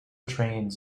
trains